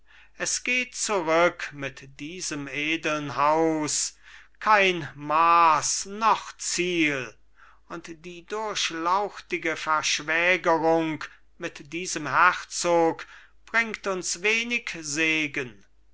es geht zurück mit diesem edeln haus kein maß noch ziel und die durchlauchtige verschwägerung mit diesem herzog bringt uns wenig segen